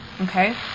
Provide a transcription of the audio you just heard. Okay